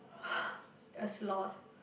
a sloth